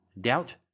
doubt